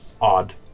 odd